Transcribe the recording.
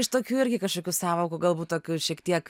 iš tokių irgi kažkokių sąvokų galbūt tokių šiek tiek